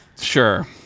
sure